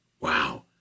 Wow